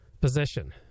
position